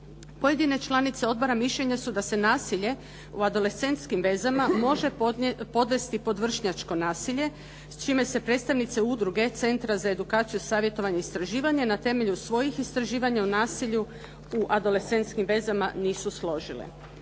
Pojedine članice odbora mišljenja su da se nasilje u adolescentskim vezama može podvesti pod vršnjačko nasilje s čime se predstavnice Udruge Centra za edukaciju, savjetovanje i istraživanje na temelju svojih istraživanja o nasilju u adolescentskim vezama nisu složile.